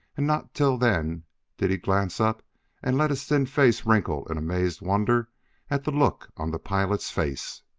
and not till then did he glance up and let his thin face wrinkle in amazed wonder at the look on the pilot's face.